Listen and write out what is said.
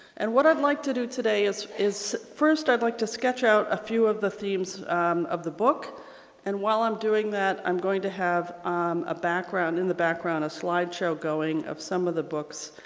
and what i'd like to do today is is first, i'd like to sketch out a few of the themes of the book and while i'm doing that i'm going to have a background, in the background, a slideshow going of some of the books,